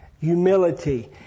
Humility